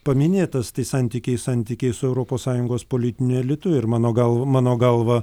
paminėtas tais santykiais santykiais su europos sąjungos politiniu elitu ir mano galva mano galva